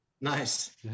Nice